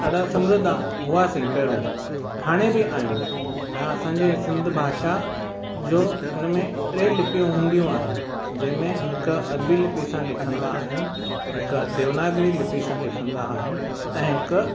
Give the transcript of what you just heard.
ॾाढा समृद्ध हुआसीं पहिरियों हाणे बि आहियूं ऐं असांजी सिंध भाषा जो इन में टे लिपियूं हूंदियूं आहिनि जंहिं में हिकु अरबी लिपि सां लिखंदा आहिनि हिकु देवनागरी लिपि सां लिखंदा आहिनि ऐं हिकु